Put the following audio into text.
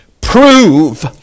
prove